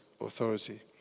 authority